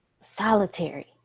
solitary